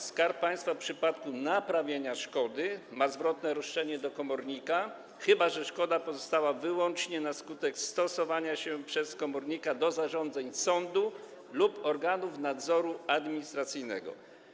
Skarb Państwa w przypadku naprawienia szkody ma zwrotne roszczenie do komornika, chyba że szkoda powstała wyłącznie na skutek stosowania się przez komornika do zarządzeń sądu lub organów nadzoru administracyjnego.